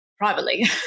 privately